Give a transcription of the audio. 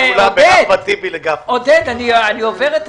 המצוקה ברורה, אני בטוח שגם לך.